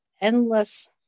endless